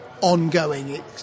ongoing